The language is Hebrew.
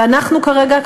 ואנחנו כרגע,